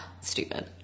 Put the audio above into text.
stupid